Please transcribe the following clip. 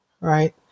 Right